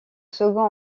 second